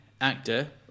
actor